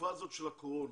בתקופה הזאת של הקורונה,